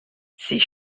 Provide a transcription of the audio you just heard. c’est